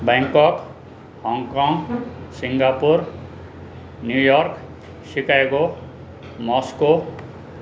Bangkok Hong Kong Singapore New York Chicago Moscow